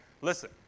listen